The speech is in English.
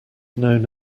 known